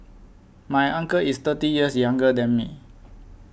my uncle is thirty years younger than me